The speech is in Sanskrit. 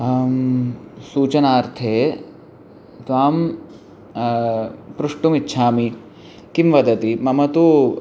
अहं सूचनार्थे त्वां प्रष्टुमिच्छामि किं वदति मम तु